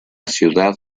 ciudad